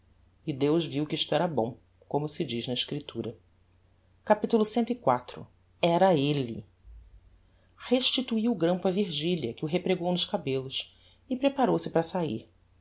e deus viu que isto era bom como se diz na escriptura capitulo civ era elle restitui o grampo a virgilia que o repregou nos cabellos e preparou-se para sair